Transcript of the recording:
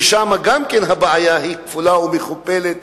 ששם גם כן הבעיה כפולה ומכופלת,